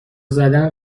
زدن